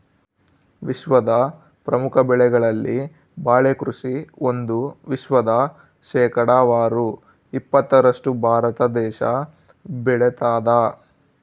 ವಿಶ್ವದ ಪ್ರಮುಖ ಬೆಳೆಗಳಲ್ಲಿ ಬಾಳೆ ಕೃಷಿ ಒಂದು ವಿಶ್ವದ ಶೇಕಡಾವಾರು ಇಪ್ಪತ್ತರಷ್ಟು ಭಾರತ ದೇಶ ಬೆಳತಾದ